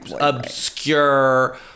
obscure